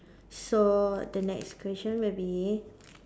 so the next question will be